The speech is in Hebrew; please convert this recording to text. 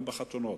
גם בחתונות,